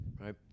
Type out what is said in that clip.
right